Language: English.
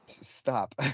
Stop